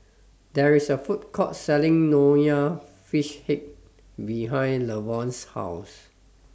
There IS A Food Court Selling Nonya Fish Head behind Lavonne's House